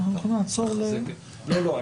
חבר הכנסת מוסי רז.